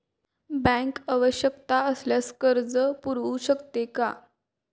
Bank आवश्यकता असल्यावर कर्ज पुरवू शकते का?